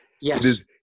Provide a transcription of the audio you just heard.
Yes